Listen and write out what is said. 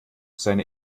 seine